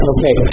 Okay